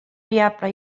viable